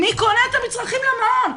מי קונה את המצרכים למעון?